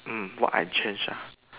mm what I change ah